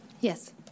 Yes